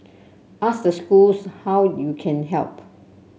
ask the schools how you can help